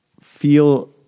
feel